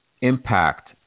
impact